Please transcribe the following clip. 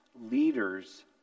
leaders